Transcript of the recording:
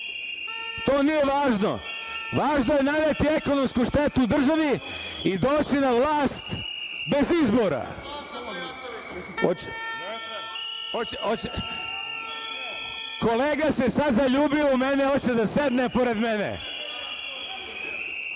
to nije važno, važno je naneti ekonomsku štetu državi i doći na vlast bez izbora. Kolega se sada zaljubio u mene, hoće da sedne pored mene.